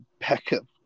backup